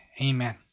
Amen